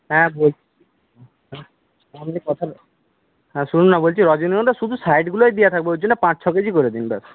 হ্যাঁ বলছি আপনি কথার হ্যাঁ শুনুন না বলছি রজনীগন্ধা শুধু সাইডগুলাই দিয়া থাকবে ওরজন্যে পাঁচ ছয় কেজি করে দিন ব্যাস